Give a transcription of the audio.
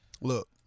Look